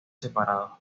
separados